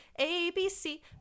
A-B-C